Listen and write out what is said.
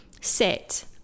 sit